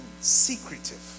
secretive